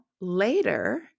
later